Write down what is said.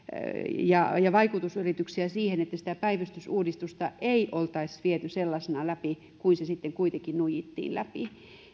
ja teimme vaikutusyrityksiä että sitä päivystysuudistusta ei olisi viety sellaisena läpi kuin se sitten kuitenkin nuijittiin läpi